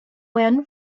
when